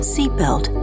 Seatbelt